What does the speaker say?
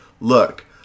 Look